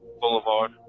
Boulevard